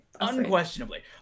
Unquestionably